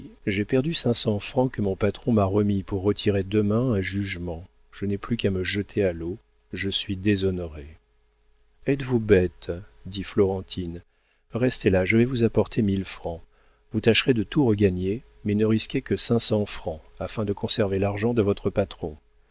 j'ai perdu cinq cents francs que mon patron m'a remis pour retirer demain un jugement je n'ai plus qu'à me jeter à l'eau je suis déshonoré êtes-vous bête dit florentine restez là je vais vous apporter mille francs vous tâcherez de tout regagner mais ne risquez que cinq cents francs afin de conserver l'argent de votre patron